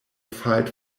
fight